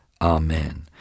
Amen